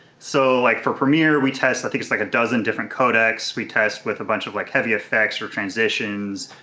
so like for premiere, we test i think it's like a dozen different codecs. we test with a bunch of like heavy effects or transitions.